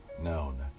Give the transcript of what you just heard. known